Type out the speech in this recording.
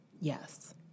Yes